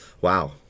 Wow